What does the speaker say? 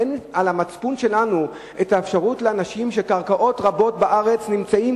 אין על המצפון שלנו האפשרות שקרקעות רבות בארץ נמצאות,